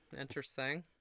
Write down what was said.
interesting